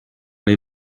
les